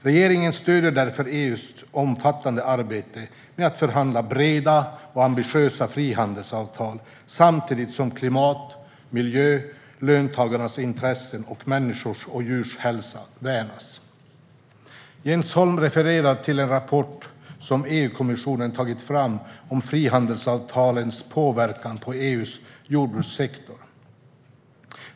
Regeringen stöder därför EU:s omfattande arbete med att förhandla breda och ambitiösa frihandelsavtal samtidigt som klimat, miljö, löntagarnas intressen och människors och djurs hälsa värnas. Jens Holm refererar till en rapport som EU-kommissionen tagit fram om frihandelsavtalens påverkan på EU:s jordbrukssektor.